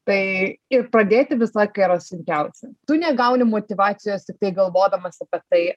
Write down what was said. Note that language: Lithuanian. tai ir pradėti visą laiką yra sunkiausia tu negauni motyvacijos galvodamas apie tai